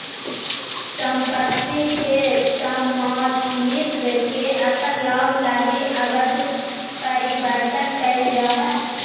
सम्पत्ति के स्वामित्व के अपन लाभ लगी अवैध परिवर्तन कइल जा हइ